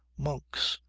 monks,